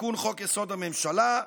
"תיקון חוק-יסוד: הממשלה",